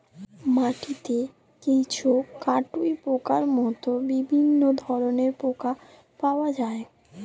মাটিতে কেঁচো, কাটুই পোকার মতো বিভিন্ন ধরনের পোকা পাওয়া যায়